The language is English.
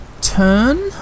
turn